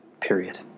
Period